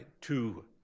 two